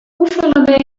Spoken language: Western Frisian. hoefolle